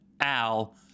Al